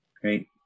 Great